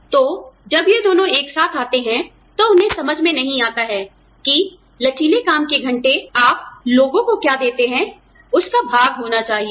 तो जब ये दोनों एक साथ आते हैं तो उन्हें समझ में नहीं आता है कि लचीले काम के घंटे आप लोगों को क्या देते है उसका भाग होना चाहिए